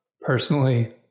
personally